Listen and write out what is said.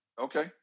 Okay